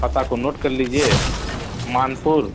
پتہ کو نوٹ کر لیجیے مانپور